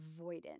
avoidant